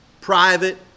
private